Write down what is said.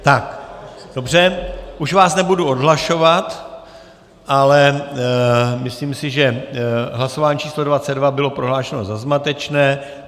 Tak dobře, už vás nebudu odhlašovat, ale myslím si, že hlasování číslo 22 bylo prohlášeno za zmatečné.